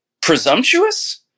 presumptuous